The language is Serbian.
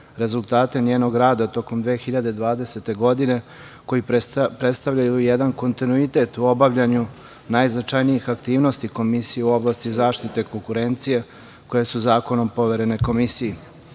rezultate njenog rada tokom 2020. godine, koji predstavljaju jedan kontinuitet u obavljanju najznačajnijih aktivnosti Komisije u oblasti zaštite konkurencije koje su zakonom poverene